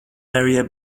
area